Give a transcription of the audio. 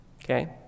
Okay